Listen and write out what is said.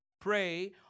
pray